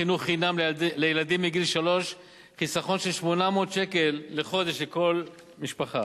חינוך חינם לילדים מגיל שלוש, חיסכון של 800 שקל לחודש לכל משפחה,